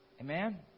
Amen